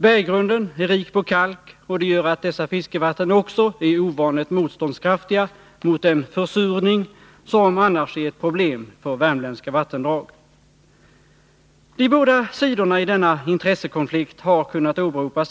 Berggrunden är rik på kalk, och det gör att dessa fiskevatten också är ovanligt motståndskraftiga mot den försurning som annars är ett problem för värmländska vattendrag. De båda sidorna i denna intressekonflikt har kunnat åberopa